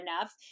enough